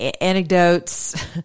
anecdotes